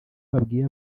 babwiye